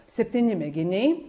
septyni mėginiai